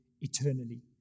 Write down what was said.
eternally